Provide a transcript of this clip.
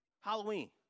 Halloween